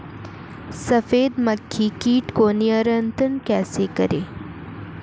सफेद मक्खी कीट को नियंत्रण कैसे करें?